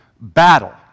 battle